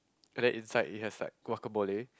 and then inside it has like guacamole